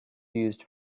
used